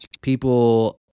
people